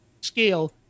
scale